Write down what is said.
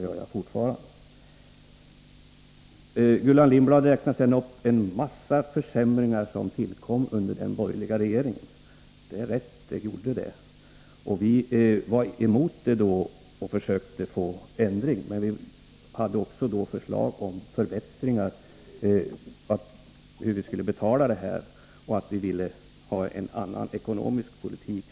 Gullan Lindblad räknade upp en mängd exempel på försämringar på detta område som tillkom under den borgerliga regeringstiden, och det är ett riktigt konstaterande. Vi var emot dem och framlade också förslag till förbättringar. Vi ville få till stånd en annan politik när det gällde att finansiera studierna.